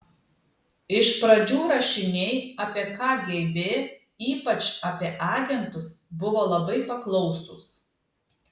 iš pradžių rašiniai apie kgb ypač apie agentus buvo labai paklausūs